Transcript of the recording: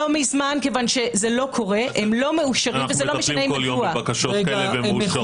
אנחנו מטפלים כל יום בבקשות כאלה והן מאושרות.